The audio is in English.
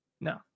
No